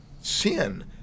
sin